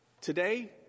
Today